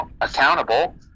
accountable